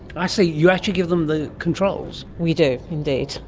i see, you actually give them the controls? we do indeed.